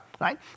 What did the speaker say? right